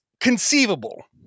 conceivable